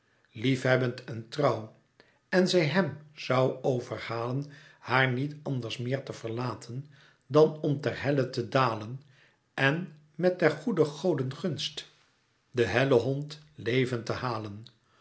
liefhebbend en trouw en zij hem zoû overhalen haar niet anders meer te verlaten dan om ter helle te dalen en met der goede goden gunst den helhond levend te halen